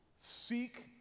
seek